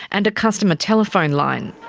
and a customer telephone line.